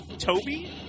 Toby